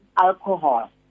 alcohol